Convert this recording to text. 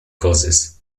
causes